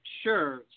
Sure